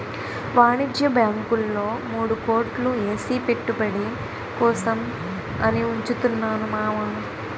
వాణిజ్య బాంకుల్లో మూడు కోట్లు ఏసి పెట్టుబడి కోసం అని ఉంచుతున్నాను మావా